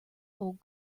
old